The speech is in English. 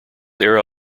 era